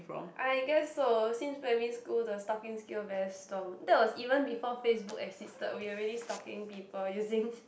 I guess so since primary school the stalking skill very strong that was even before Facebook existed we already stalking people using